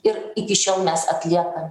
ir iki šiol mes atliekam